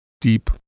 deep